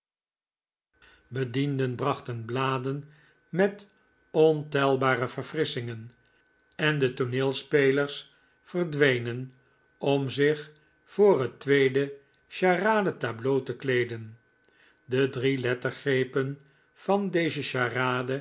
bedienden brachten bladen met ontelbare verfrisschingen en de tooneelspelers verdwenen om zich voor het tweede charade tableau te kleeden de drie lettergrepen van deze charade